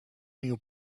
new